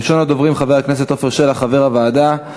ראשון הדוברים, חבר הכנסת עפר שלח, חבר הוועדה,